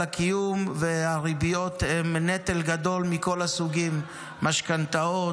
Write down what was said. הקיום והריביות הן נטל גדול מכל הסוגים: משכנתאות,